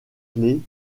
clés